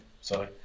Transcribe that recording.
sorry